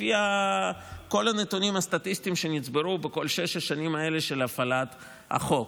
לפי כל הנתונים הסטטיסטיים שנצברו פה בכל שש השנים האלה של הפעלת החוק.